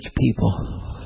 people